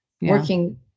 working